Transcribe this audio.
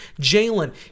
Jalen